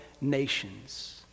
nations